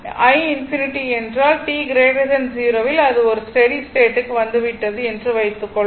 i∞ என்றால் t 0 வில் அது ஒரு ஸ்டெடி ஸ்டேட் க்கு வந்துவிட்டது என்று வைத்துக்கொள்வோம்